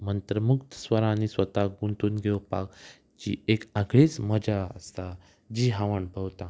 मंत्रमुक्त स्वरांनी स्वताक गुंतून घेवपाक जी एक आगळीच मजा आसता जी हांव अणभवतां